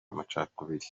amacakubiri